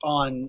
on